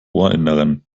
ohrinneren